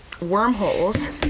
wormholes